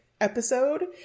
episode